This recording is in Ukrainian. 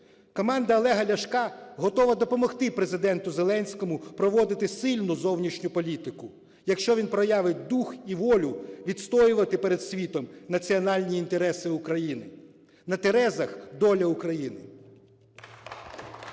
Команда Олега Ляшка готова допомогти Президенту Зеленському проводити сильну зовнішню політику, якщо він проявить дух і волю відстоювати перед світом національні інтереси України. На терезах – доля України.